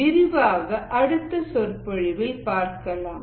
விரிவாக அடுத்த சொற்பொழிவில் பார்க்கலாம்